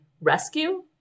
rescue